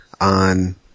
on